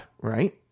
Right